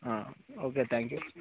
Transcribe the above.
okay thank you